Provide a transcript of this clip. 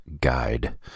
guide